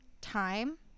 time